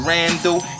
Randall